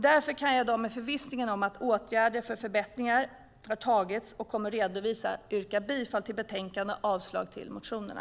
Därför kan jag i dag, i förvissningen om att åtgärder för förbättringar har vidtagits och kommer att redovisas, yrka bifall till förslaget i betänkandet och avslag på motionerna.